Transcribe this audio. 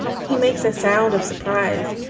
he makes it sound of surprise.